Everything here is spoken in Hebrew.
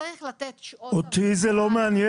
צריך לתת שעות --- אותי זה לא מעניין.